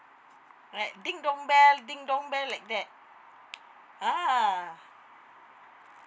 right ding dong bell ding dong bell like that ah